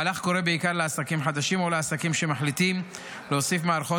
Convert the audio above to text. המהלך קורה בעיקר לעסקים חדשים או לעסקים שמחליטים להוסיף מערכות